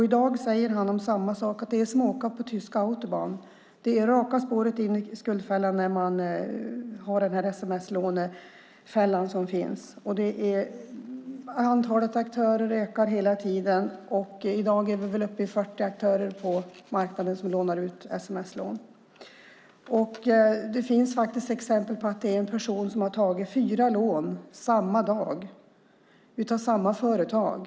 I dag säger han samma sak: Det är som att åka på tyska Autobahn. Det är raka spåret in i skuldfällan. Antalet aktörer ökar hela tiden. I dag är man väl uppe i 40 aktörer på marknaden som tillhandahåller sms-lån. Det finns exempel på att en och samma person har tagit fyra lån samma dag av samma företag.